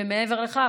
ומעבר לכך,